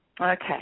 Okay